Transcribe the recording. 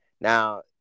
Now